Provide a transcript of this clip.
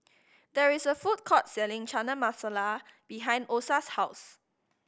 there is a food court selling Chana Masala behind Osa's house